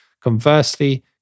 Conversely